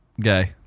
Gay